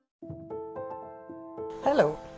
hello